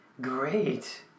Great